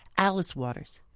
alice waters